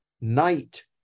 night